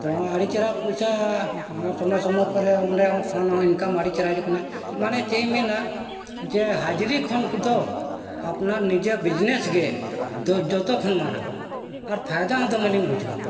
ᱛᱚ ᱟᱹᱰᱤ ᱪᱮᱨᱦᱟ ᱯᱚᱭᱥᱟ ᱥᱚᱢᱚᱭ ᱥᱚᱢᱚᱭ ᱠᱚᱨᱮ ᱚᱸᱰᱮ ᱠᱷᱚᱱ ᱦᱚᱸ ᱤᱱᱠᱟᱢ ᱟᱹᱰᱤ ᱪᱮᱨᱦᱟ ᱦᱤᱡᱩᱜ ᱠᱟᱱᱟ ᱢᱟᱱᱮ ᱪᱮᱫ ᱤᱧ ᱢᱮᱱᱟ ᱡᱮ ᱦᱟᱡᱽᱨᱤ ᱠᱷᱚᱱ ᱫᱚ ᱟᱯᱱᱟᱨ ᱱᱤᱡᱮ ᱵᱤᱡᱽᱱᱮᱥ ᱜᱮ ᱫᱚ ᱡᱚᱛᱚ ᱠᱷᱚᱱ ᱢᱟᱨᱟᱝ ᱠᱟᱱᱟ ᱟᱨ ᱯᱷᱟᱭᱫᱟ ᱦᱚᱸ ᱫᱚᱢᱮᱞᱤᱧ ᱵᱩᱡᱷᱟᱹᱣ ᱮᱫᱟ